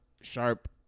sharp